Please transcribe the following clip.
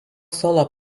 solo